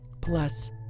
Plus